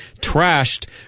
trashed